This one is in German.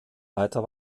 weiter